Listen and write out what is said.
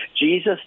Jesus